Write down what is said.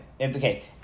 Okay